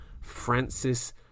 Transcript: Francis